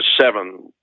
seven